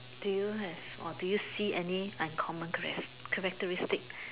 do you have or do you see any uncommon characteristic